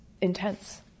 intense